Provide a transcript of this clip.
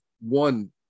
one